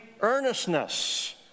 earnestness